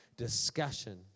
discussion